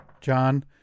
John